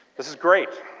this is great.